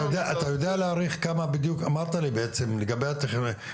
אתה צריך על מנת להשלים את כל התכנון?